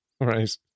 right